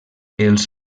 els